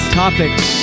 topics